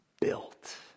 built